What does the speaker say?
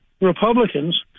Republicans